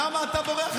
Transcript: למה אתה בורח?